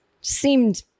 seemed